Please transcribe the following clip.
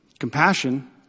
compassion